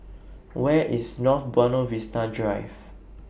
Where IS North Buona Vista Drive